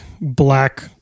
black